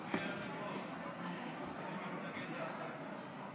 אדוני היושב-ראש, אני מתנגד להצעת החוק.